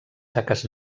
taques